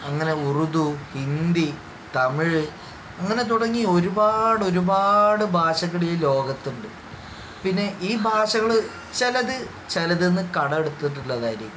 അങ്ങനെ ഉറുദു ഹിന്ദി തമിഴ് അങ്ങനെ തുടങ്ങി ഒരുപാട് ഒരുപാട് ഭാഷകൾ ഈ ലോകത്ത് ഉണ്ട് പിന്നെ ഈ ഭാഷകൾ ചിലത് ചിലതിൽ നിന്ന് കടം എടുത്തിട്ടുള്ളതായിരിക്കും